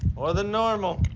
more than normal.